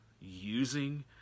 using